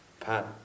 Pat